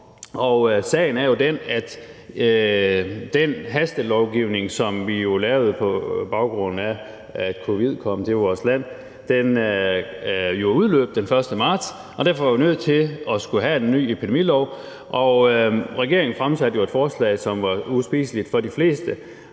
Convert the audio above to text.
sagen er jo den, at den hastelovgivning, som vi lavede på baggrund af, at covid-19 kom til vores land, jo udløb den 1. marts, og derfor var vi nødt til at få en ny epidemilov. Regeringen fremsatte et forslag, som var uspiseligt for de fleste,